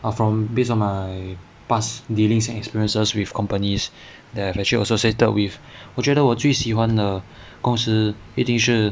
from based on my past dealings and experiences with companies that have also associated with 我觉得我最喜欢的公司一定是